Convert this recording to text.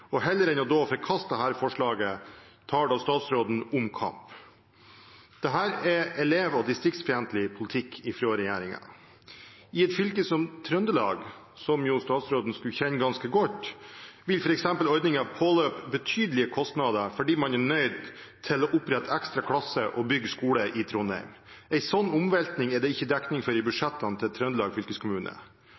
og heller enn da å forkaste dette forslaget tar statsråden omkamp. Dette er elev- og distriktsfiendtlig politikk fra regjeringen. I et fylke som Trøndelag, som statsråden skulle kjenne ganske godt, vil f.eks. ordningen medføre betydelige kostnader fordi man er nødt til å opprette ekstra klasser og bygge skole i Trondheim. En sånn omveltning er det ikke dekning for i budsjettene til Trøndelag fylkeskommune.